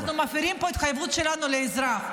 אנחנו מפירים פה התחייבות שלנו לאזרח.